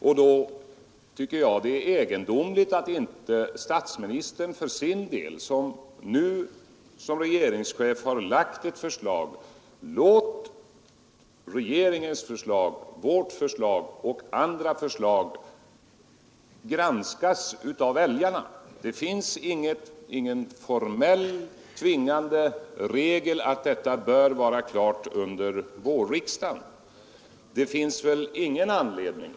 Jag tycker det är egendomligt att inte statsministern, som i egenskap av regeringschef framlagt ett förslag, vill låta regeringens förslag, vårt förslag och andra förslag granskas av väljarna. Det finns ingen formell, tvingande regel som säger att detta ärende skall avgöras under vårriksdagen.